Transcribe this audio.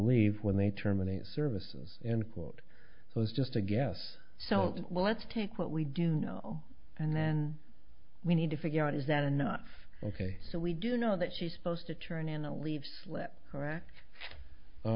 leave when they terminate services and quote it was just a guess so let's take what we do know and then we need to figure out is that enough ok so we do know that she's supposed to turn in a leave slip correct